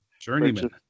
Journeyman